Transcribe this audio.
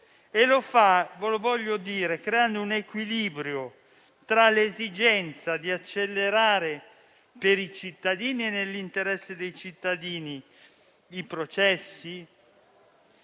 Lo fa, ve lo voglio dire, creando un equilibrio tra l'esigenza di accelerare, per i cittadini e nell'interesse dei cittadini, i processi,